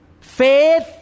Faith